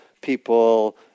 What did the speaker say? people